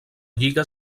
lliga